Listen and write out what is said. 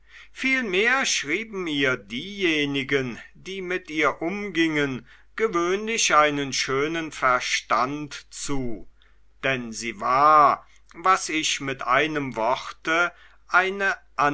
vielmehr schrieben ihr diejenigen die mit ihr umgingen gewöhnlich einen schönen verstand zu denn sie war was ich mit einem worte eine